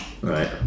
Right